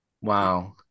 Wow